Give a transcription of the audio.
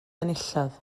enillodd